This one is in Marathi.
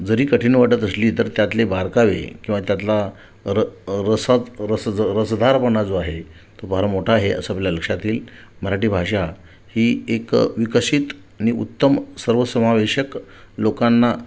जरी कठीण वाटत असली तर त्यातले बारकावे किंवा त्यातला र रसात रसजं रसदारपणा जो आहे तो फार मोठा आहे असं आपल्या लक्षात येईल मराठी भाषा ही एक विकसित आणि उत्तम सर्वसमावेशक लोकांना